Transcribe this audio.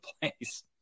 place